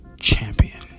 Champion